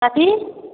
कथी